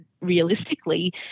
realistically